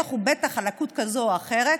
בטח ובטח על לקות כזאת או אחרת.